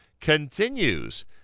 continues